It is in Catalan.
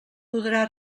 podrà